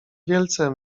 wielce